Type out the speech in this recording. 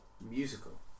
Musical